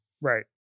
Right